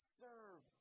serve